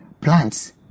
plants